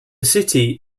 city